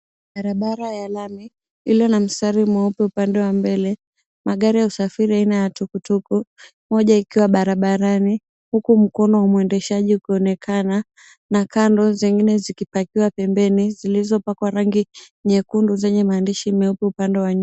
Barabara ya lami iliyo na mstari mweupe upande wa mbele, magari ya usafiri aina ya tukutuku moja ikiwa barabarani huku mkono wa mwendeshaji ukionekana na kando zingine zikipakiwa pembeni zilizopakwa rangi nyekundu zenye maandishi upande wa nyuma.